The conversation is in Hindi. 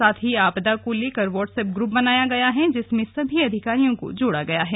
साथ ही आपदा को लेकर वाट्सएप ग्रुप बनाया गया है जिसेमें सभी अधिकारियों को जोड़ा गया है